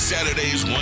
Saturdays